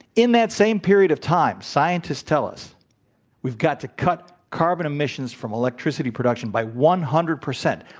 in that same period of time, scientists tell us we've got to cut carbon emissions from electricity production by one hundred percent.